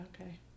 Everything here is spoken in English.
okay